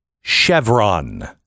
Chevron